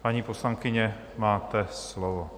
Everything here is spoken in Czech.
Paní poslankyně, máte slovo.